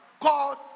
called